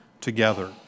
together